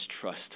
trust